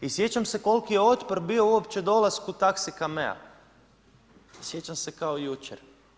I sjećam se kolki je otpor bio uopće dolasku taxi Cammea, sjećam se kao jučer.